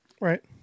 Right